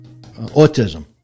Autism